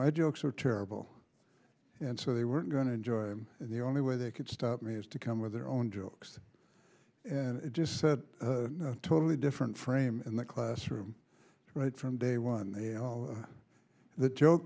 my jokes were terrible and so they weren't going to join them and the only way they could stop me was to come with their own jokes and i just said totally different frame in the classroom right from day one you know the joke